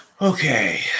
Okay